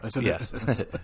Yes